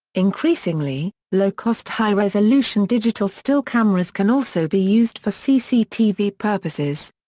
increasingly, low-cost high-resolution digital still cameras can also be used for cctv purposes.